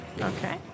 Okay